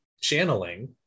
channeling